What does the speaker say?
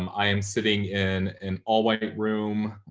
um i am sitting in an all-white room.